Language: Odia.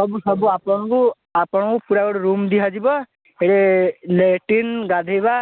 ସବୁ ସବୁ ଆପଣଙ୍କୁ ଆପଣଙ୍କୁ ପୁରା ଗୋଟେ ରୁମ ଦିଆଯିବ ସେଇରେ ଲେଟିନ ଗାଧେଇବା